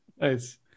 Nice